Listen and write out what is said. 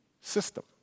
system